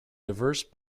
diverse